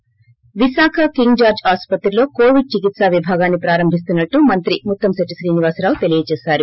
థి Visakha King George ఆసుపత్రిలో Covid చికిత్సా విభాగాన్ని ప్రారంభిస్తున్నట్టు మంత్రి ముత్తంశెట్టి శ్రీనివాస రావు తెలియజేశారు